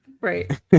right